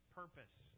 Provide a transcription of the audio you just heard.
purpose